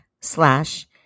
slash